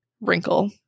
wrinkle